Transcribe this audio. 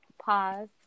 pause